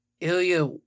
Ilya